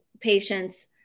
patients